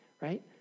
right